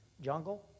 Jungle